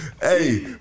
Hey